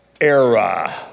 era